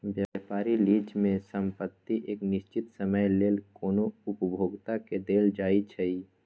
व्यापारिक लीज में संपइत एक निश्चित समय लेल कोनो उपभोक्ता के देल जाइ छइ